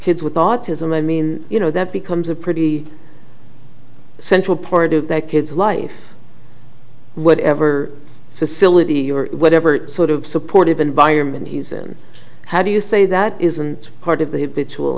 kids with autism i mean you know that becomes a pretty central part of that kid's life whatever facility or whatever sort of supportive environment he's in how do you say that isn't part of the big